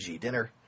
Dinner